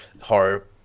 horror